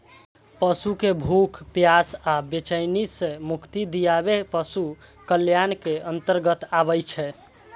पशु कें भूख, प्यास आ बेचैनी सं मुक्ति दियाएब पशु कल्याणक अंतर्गत आबै छै